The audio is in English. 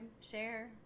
share